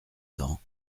cents